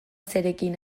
zerekin